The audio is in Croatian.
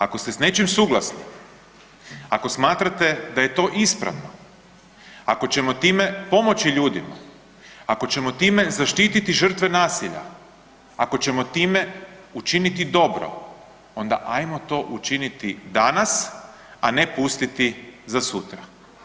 Ako ste s nečim suglasni, ako smatrate da je to ispravo, ako ćemo time pomoći ljudima, ako ćemo time zaštiti žrtve nasilja, ako ćemo time učiniti dobro, onda ajmo to učiniti danas, a ne pustiti za sutra.